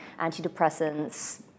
antidepressants